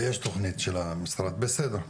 ויש תכנית של המשרד, בסדר.